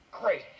great